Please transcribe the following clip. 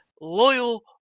loyal